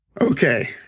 okay